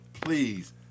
please